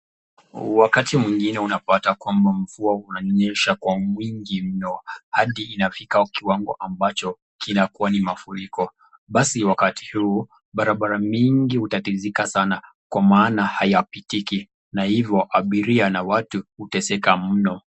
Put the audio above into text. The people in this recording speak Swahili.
Wakati mwingine unapata kwamba mvua inanyesha kwa wingi mno hadi inafika kiwango ambacho kinakuwa ni mafuriko. Basi wakati huu barabara mingi utatizika sana kwa maana hayapitiki na hivo abiria na watu uteseka mno.